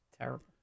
Terrible